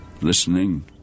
listening